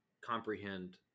comprehend